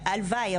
הלוואי,